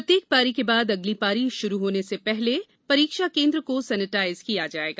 प्रत्येक पारी के बाद अगली पारी शुरू करने से पहले परीक्षा केंद्र को सैनेटाइज किया जायेगा